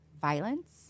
violence